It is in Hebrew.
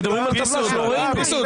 אתה מדבר על טבלה שלא ראינו.